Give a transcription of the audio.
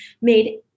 made